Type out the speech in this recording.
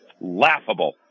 laughable